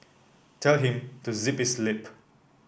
tell him to zip his lip